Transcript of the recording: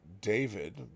David